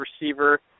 receiver